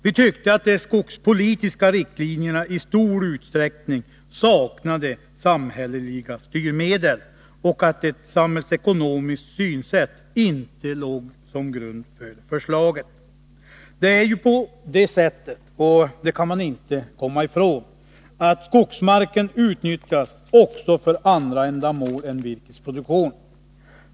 Vi tyckte att skogspolitiken i stor utsträckning saknade samhälleliga styrmedel och att ett samhällsekonomiskt synsätt inte låg som grund för förslaget. Det är ju på det sättet — det kan man inte komma ifrån — att skogsmarken utnyttjas också för andra ändamål än virkesproduktion.